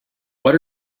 what